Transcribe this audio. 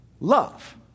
Love